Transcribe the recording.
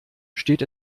steht